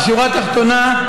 בשורה התחתונה,